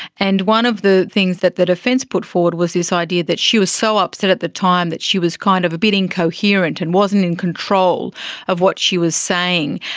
and one of the things that the defence put forward was this idea that she was so upset at the time that she was kind of a bit incoherent and wasn't in control of what she was saying.